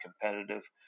competitive